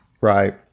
Right